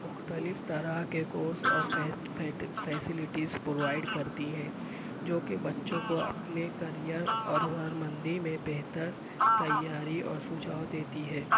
مختف طرح کے کورس اور فیسیلیٹیز پرووائڈ کرتی ہے جو کہ بچوں کو اپنے کریئر اور ہنرمندی میں بہتر تیاری اور سجھاؤ دیتی ہے